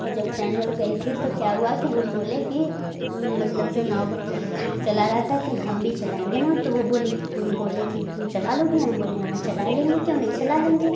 और जब फ्रेंड लोग गई थी तो क्या हुआ कि हम बोले कि मतलब जो नाव चला रहा था कि हम भी चलाएंगे नाव तो वो बोली कि बोले कि तुम चला लोगी हम बोले हाँ चला लेंगी क्यों नहीं चला लेंगे